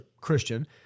Christian